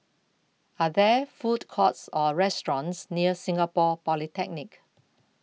Are There Food Courts Or restaurants near Singapore Polytechnic